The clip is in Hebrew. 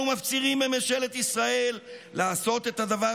אנו מפצירים בממשלת ישראל לעשות את הדבר